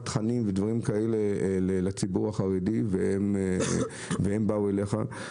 תכנים ודברים כאלה לציבור החרדי והם באו אליך.